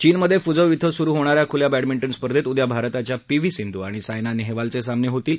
चीनमधे फुझौ इथं सुरु होणाऱ्या खुल्या बॅडमिंटन स्पर्धेत उद्या भारताच्या पी व्ही सिंधू आणि सायना नेहवालचे सामने होणार आहेत